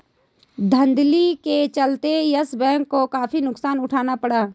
धांधली के चलते यस बैंक को काफी नुकसान उठाना पड़ा